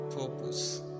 Purpose